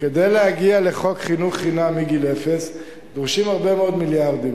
חינם מגיל אפס דרושים הרבה מאוד מיליארדים.